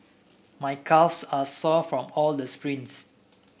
my calves are sore from all the sprints